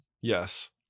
Yes